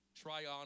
Tryon